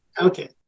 Okay